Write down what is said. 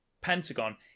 pentagon